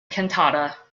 cantata